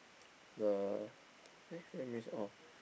the eh that means oh